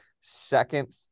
second